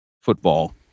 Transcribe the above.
football